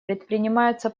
предпринимается